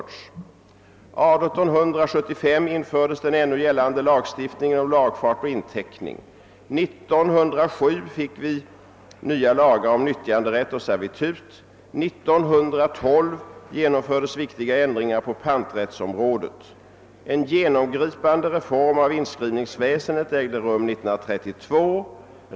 1875 genomfördes den ännu gällande lagstiftningen om lagfart och inteckning. 1907 fick vi nya lagar om nyttjanderätt och servitut. 1912 gjordes viktiga ändringar på panträttsområdet. En genomgripande reform av inskrivningsväsendet ägde rum 1932.